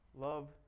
Love